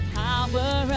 power